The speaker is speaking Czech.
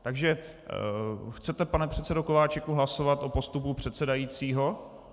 Takže chcete, pane předsedo Kováčiku, hlasovat o postupu předsedajícího?